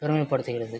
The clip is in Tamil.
பெருமைப்படுத்துகிறது